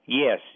Yes